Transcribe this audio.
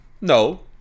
No